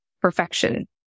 perfection